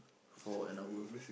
for an hour